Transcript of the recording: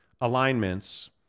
alignments